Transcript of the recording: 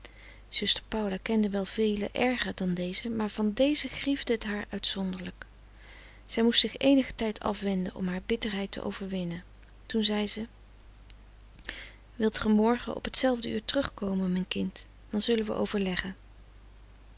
zuster paula kende wel velen erger dan deze maar van deze griefde het haar uitzonderlijk zij moest zich eenigen tijd afwenden om haar bitterheid te overwinnen toen zei ze frederik van eeden van de koele meren des doods wilt ge morgen op t zelfde uur terugkomen mijn kind dan zullen we overleggen